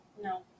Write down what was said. No